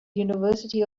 university